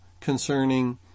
concerning